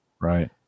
Right